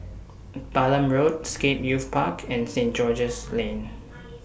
Balam Road Scape Youth Park and Saint George's Lane